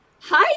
hi